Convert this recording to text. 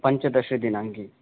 पञ्चदशदिनाङ्के